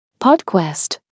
PodQuest